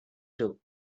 two